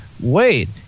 wait